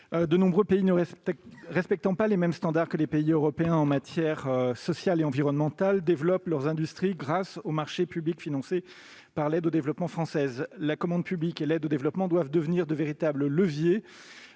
De nombreux pays, qui ne respectent pas les mêmes standards que les pays européens en matière sociale et environnementale, développent leurs industries grâce aux marchés publics financés par l'aide au développement française. La commande publique et l'aide au développement doivent devenir de véritables leviers